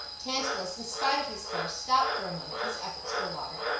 tantalus, in spite of his thirst, stopped for a moment his efforts for water,